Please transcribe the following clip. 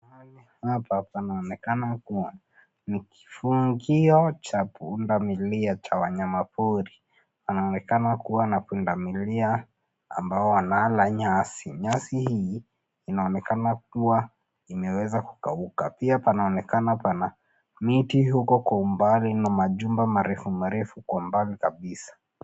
Mahali hapa panaonekana kuwa, ni kifungio cha pundamilia cha wanyama pori, panaonekana kuwa na pundamilia, ambao wanala nyasi, nyasi hii, inaonekana kuwa, imeweza kukauka pia panaonekana pana, miti huko kwa umbali na majumba marefu marefu kwa umbali kabisa.